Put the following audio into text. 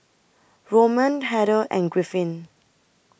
Roman Heather and Griffin